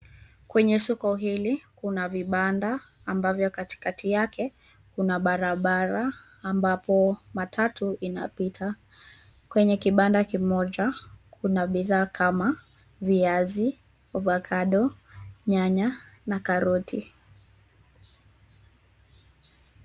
Kwenye soko hili kuna vibanda ambavyo katikati yake, kuna barabara ambapo matatu inapita. Kwenye kibanda kimoja, kuna bidhaa kama viazi, avokado, nyanya, na karoti.